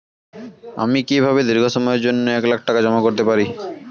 আমি কিভাবে দীর্ঘ সময়ের জন্য এক লাখ টাকা জমা করতে পারি?